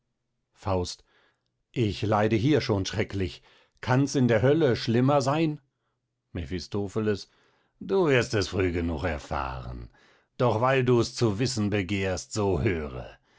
faust ich leide hier schon schrecklich kanns in der hölle schlimmer sein mephistopheles du wirst es früh genug erfahren doch weil dus zu wißen begehrst so höre